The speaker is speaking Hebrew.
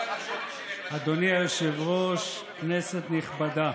אדוני היושב-ראש, כנסת נכבדה,